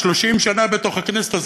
30 שנה בתוך הכנסת.